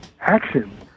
action